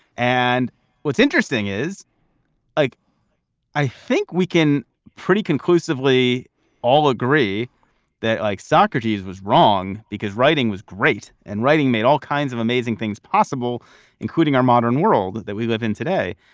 and what's interesting is like i think we can pretty conclusively all agree that like socrates was wrong because writing was great and writing made all kinds of amazing things. possible including our modern world that we live in today.